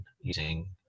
using